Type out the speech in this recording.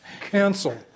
Cancel